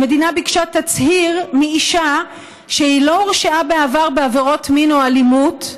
המדינה ביקשה תצהיר מאישה שהיא לא הורשעה בעבר בעבירות מין או אלימות.